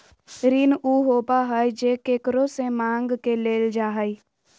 ऋण उ होबा हइ जे केकरो से माँग के लेल जा हइ